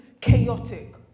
chaotic